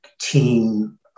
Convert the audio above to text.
team